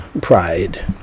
pride